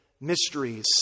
mysteries